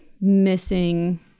missing